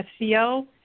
SEO